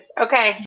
Okay